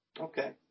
Okay